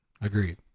agreed